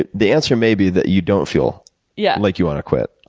ah the answer may be that you don't feel yeah like you want to quit.